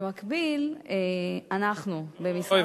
במקביל, אנחנו, לא,